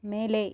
மேலே